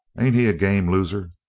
ain't he a game loser?